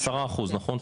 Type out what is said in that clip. עשרה אחוז, נכון?